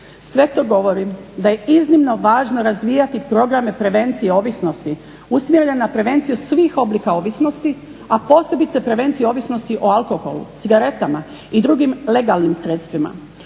Sve to govori da je iznimno važno razvijati programe prevencije ovisnosti, usmjeren na prevenciju svih oblika ovisnosti a posebice prevenciju ovisnosti o alkoholu, cigaretama i drugim legalnim sredstvima.